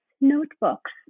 notebooks